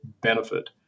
benefit